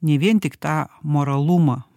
ne vien tik tą moralumą